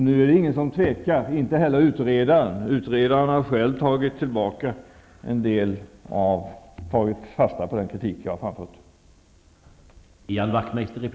Nu är det ingen som tvekar, inte heller utredaren. Utredaren har själv tagit fasta på den kritik jag har framfört.